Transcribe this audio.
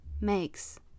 makes